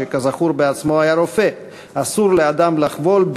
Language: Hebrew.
שכזכור בעצמו היה רופא: "אסור לאדם לחבול,